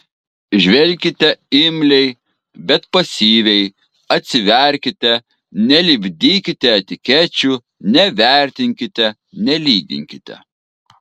žvelkite imliai bet pasyviai atsiverkite nelipdykite etikečių nevertinkite nelyginkite